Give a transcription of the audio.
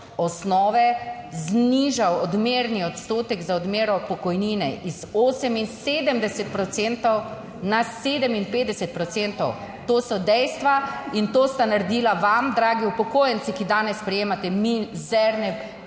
osnove znižal odmerni odstotek za odmero pokojnine iz 78 procentov na 57 procentov. To so dejstva. In to sta naredila vam, dragi upokojenci, ki danes prejemate mizerne pokojnine,